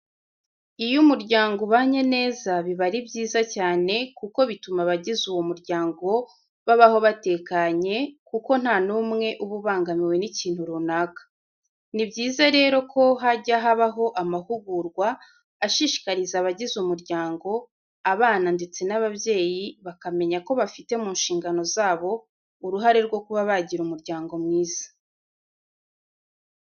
Iyo umuryango ubanye neza biba ari byiza cyane kuko bituma abagize uwo muryango babaho batekanye kuko nta n'umwe uba ubangamiwe n'ikintu runaka. Ni byiza rero ko hajya habaho amahugurwa ashishikariza abagize umuryango, abana ndetse n'ababyeyi bakamenya ko bafite mu nshingano zabo uruhare rwo kuba bagira umuryango mwiza.